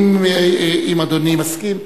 אם אדוני מסכים.